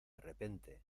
repente